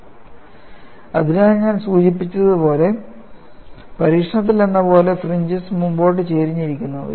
ടഡ Paris Irwin എന്നിവരുടെ വർക്കുകൾ അതിനാൽ ഞാൻ സൂചിപ്പിച്ചതുപോലെ പരീക്ഷണത്തിലെന്നപോലെ ഫ്രീഞ്ചസ് മുന്നോട്ട് ചരിഞ്ഞിരിക്കുന്നു